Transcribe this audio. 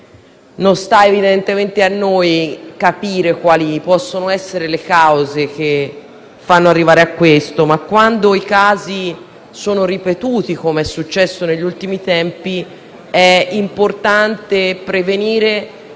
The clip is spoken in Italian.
Non sta evidentemente a noi capire quali possano essere le cause che fanno arrivare a questo; tuttavia, quando i casi sono ripetuti, come è successo negli ultimi tempi, è importante prevenire